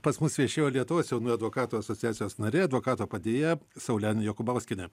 pas mus viešėjo lietuvos jaunųjų advokatų asociacijos narė advokato padėjėja saulenė jokūbauskienė